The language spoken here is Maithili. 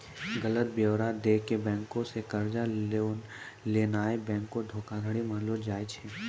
गलत ब्योरा दै के बैंको से कर्जा लेनाय बैंक धोखाधड़ी मानलो जाय छै